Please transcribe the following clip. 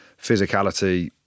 physicality